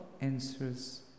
answers